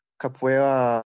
capoeira